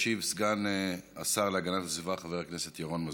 ישיב סגן השר להגנת הסביבה חבר הכנסת ירון מזוז.